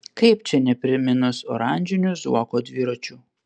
kaip čia nepriminus oranžinių zuoko dviračių